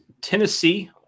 Tennessee